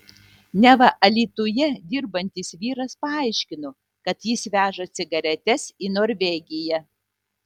neva alytuje dirbantis vyras paaiškino kad jis veža cigaretes į norvegiją